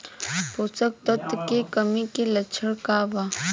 पोषक तत्व के कमी के लक्षण का वा?